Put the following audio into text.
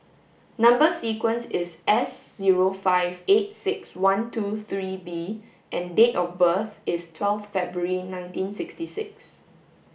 number sequence is S zero five eight six one two three B and date of birth is twelve February nineteen sixty six